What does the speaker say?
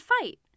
fight